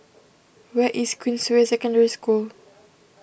where is Queensway Secondary School